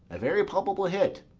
a very palpable hit.